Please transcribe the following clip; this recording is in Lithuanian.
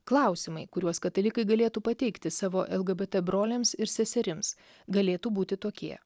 klausimai kuriuos katalikai galėtų pateikti savo lgbt broliams ir seserims galėtų būti tokie